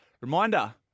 Reminder